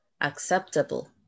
acceptable